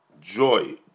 joy